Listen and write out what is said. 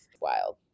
wild